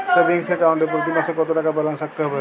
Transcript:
Savings account এ প্রতি মাসে কতো টাকা ব্যালান্স রাখতে হবে?